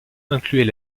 incluait